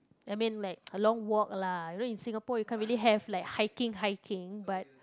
I mean like a long walk lah you know in Singapore you can't really have like hiking hiking but